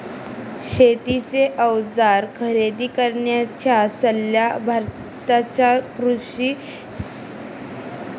शेतीचे अवजार खरेदी करण्याचा सल्ला भारताच्या कृषी संसाधनाद्वारे दिला जातो